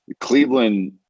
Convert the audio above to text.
Cleveland